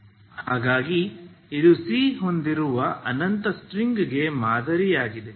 ಹಾಗಾಗಿ ಇದು c ಹೊಂದಿರುವ ಅನಂತ ಸ್ಟ್ರಿಂಗ್ಗೆ ಮಾದರಿಯಾಗಿದೆ